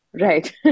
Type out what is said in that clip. Right